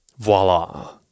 Voila